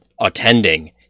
attending